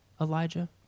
Elijah